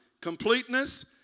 completeness